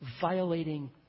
violating